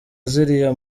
ziriya